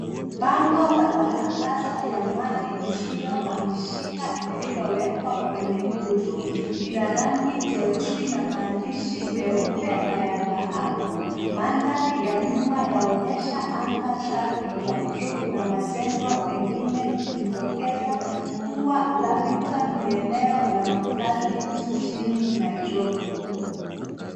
Bango la matangazo ya mali isiyohamishika lililowekwa kwenye nguzo. Ni la rangi jeusi na maandishi meupe na ya dhahabu. Mandhari ya nyuma yaonyesha anga safi ya bluu na majengo mengine ikidokeza kuwa Lavington ni eneo la makazi jijini Nairobi.